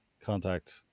contact